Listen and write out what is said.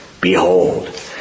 Behold